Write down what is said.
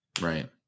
Right